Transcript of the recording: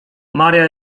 maria